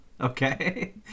okay